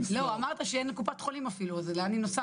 אמרת שאין קופת חולים אפילו, אז לאן היא נוסעת?